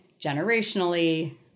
generationally